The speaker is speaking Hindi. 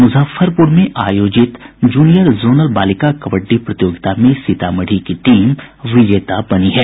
मुजफ्फरपुर में आयोजित जूनियर जोनल बालिका कबड्डी प्रतियोगिता में सीतामढ़ी की टीम विजेता बनी है